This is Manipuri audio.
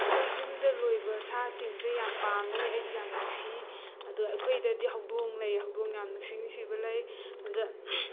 ꯑꯩꯈꯣꯏ ꯌꯨꯝꯗ ꯂꯣꯏꯕ ꯁꯥꯁꯤꯡꯁꯦ ꯌꯥꯝ ꯄꯥꯝꯃꯤ ꯑꯩꯗꯤ ꯌꯥꯝ ꯅꯨꯡꯁꯤ ꯑꯗꯨ ꯑꯩꯈꯣꯏꯗꯗꯤ ꯍꯧꯗꯣꯡ ꯂꯩ ꯍꯧꯗꯣꯡ ꯌꯥꯝ ꯅꯨꯡꯁꯤ ꯅꯨꯡꯁꯤꯕ ꯂꯩ ꯑꯗ